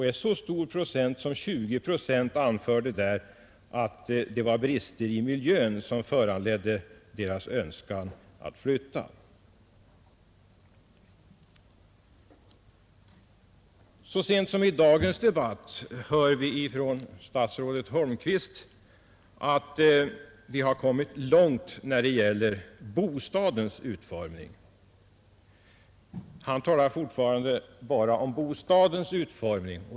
En stor procent — 20 procent — anförde där att det var brister i miljön som föranledde deras önskan att flytta. Så sent som i dagens debatt hör vi ifrån statsrådet Holmqvist att vi har kommit långt när det gäller bostadens utformning. Han talar fortfarande bara om bostadens utformning.